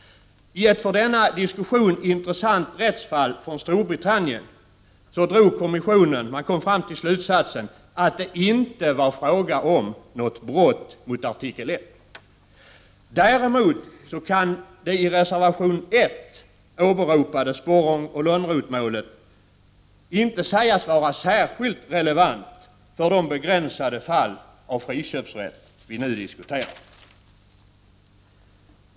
I ett för denna diskussion intressant rättsfall från Storbritannien kom kommissionen fram till slutsatsen att det inte var fråga om brott mot artikel 1. Däremot kan det i reservation 1 åberopade Sporrongoch Lönnrothmålet inte sägas vara särskilt relevant för de begränsade fall av friköpsrätt vi nu diskuterar.